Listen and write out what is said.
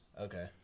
Okay